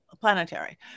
Planetary